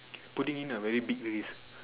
putting in a very big risk